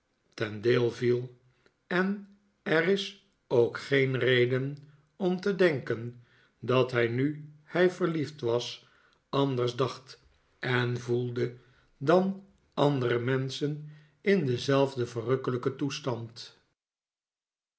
ten deel viel en er is ook geen reden om te denkeh dat hij nu hij verliefd was anders dacht en voelde dan andere menschen in denzelfden verrukkelijken toestand